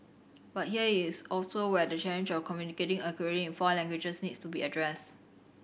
but here is also where the challenge of communicating accurately in four languages needs to be addressed